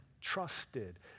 trusted